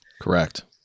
Correct